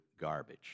garbage